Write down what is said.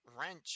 Wrench